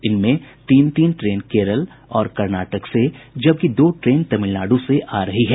इनमें में तीन तीन ट्रेन केरल और कर्नाटक से जबकि दो ट्रेन तमिलनाडु से आ रही हैं